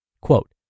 Quote